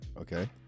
Okay